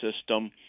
system